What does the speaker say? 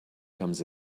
comes